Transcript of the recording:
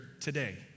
today